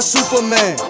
Superman